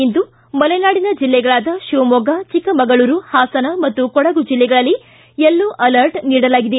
ಇಂದು ಮಲೆನಾಡಿನ ಜಿಲ್ಲೆಗಳಾದ ಶಿವಮೊಗ್ಗ ಚಿಕ್ಕಮಗಳೂರು ಪಾಸನ ಮತ್ತು ಕೊಡಗು ಜಿಲ್ಲೆಗಳಲ್ಲಿ ಯಲ್ಲೋ ಅಲರ್ಟ್ ನೀಡಲಾಗಿದೆ